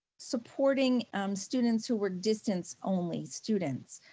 supporting students who are distance only students.